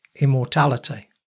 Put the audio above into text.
immortality